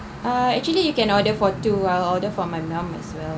ah actually you can order for two I'll order for my mum as well